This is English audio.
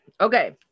Okay